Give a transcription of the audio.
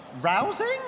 rousing